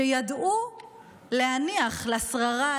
שידעו להניח לשררה,